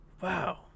wow